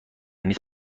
نیست